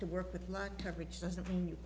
to work with like coverage doesn't mean